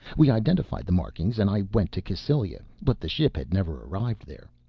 we identified the markings and i went to cassylia, but the ship had never arrived there.